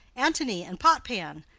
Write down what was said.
anthony, and potpan!